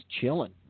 chilling